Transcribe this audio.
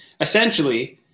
essentially